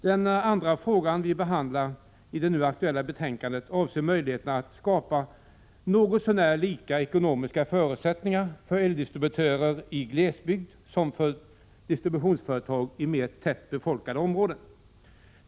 Den andra frågan som vi behandlar i det nu aktuella betänkandet avser möjligheterna att skapa något så när lika ekonomiska förutsättningar för eldistributörer i glesbygd som för distributionsföretag i mer tätbefolkade områden.